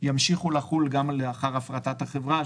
ימשיכו לחול גם לאחר הפרטת החברה,